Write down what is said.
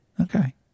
Okay